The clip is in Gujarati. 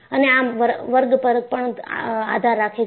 અને આ વર્ગ પર પણ આધાર રાખે છે